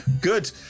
Good